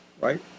right